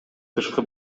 тышкы